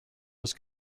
was